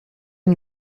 une